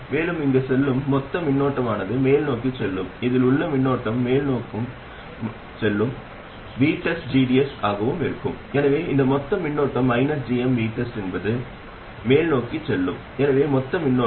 மேலும் இங்கு செல்லும் மொத்த மின்னோட்டமானது மேல்நோக்கி செல்லும் இதில் உள்ள மின்னோட்டமும் மேல்நோக்கி செல்லும் மின்னோட்டமும் VTESTgds ஆகவும் இருக்கும் எனவே இந்த மொத்த மின்னோட்டம் gmVTEST என்பது gmVTEST என்பது மேல்நோக்கி செல்லும் எனவே மொத்த மின்னோட்டம் gmgdsVTEST